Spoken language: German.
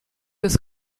des